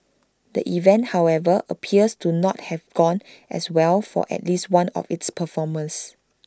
the event however appears to not have gone as well for at least one of its performers